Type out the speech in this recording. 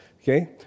okay